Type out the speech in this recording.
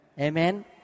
Amen